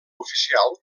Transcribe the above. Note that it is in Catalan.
oficial